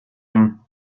him